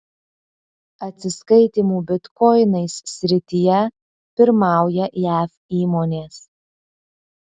atsiskaitymų bitkoinais srityje pirmauja jav įmonės